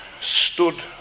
stood